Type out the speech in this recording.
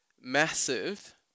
massive